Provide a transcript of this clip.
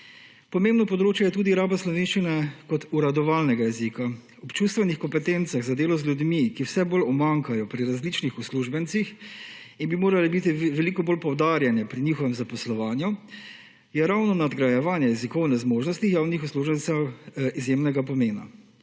Pomembno področje je tudi raba slovenščine kot uradovalnega jezika. Ob čustvenih kompetencah za delo z ljudmi, ki vse bolj omanjkajo pri različnih uslužbencih in bi morali biti veliko bolj poudarjeni pri njihovem zaposlovanju je ravno nadgrajevanje jezikovne zmožnosti javnih uslužbencev izjemnega pomena.